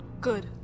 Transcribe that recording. Good